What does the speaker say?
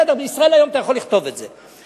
ב"ישראל היום" אתה יכול לכתוב את זה.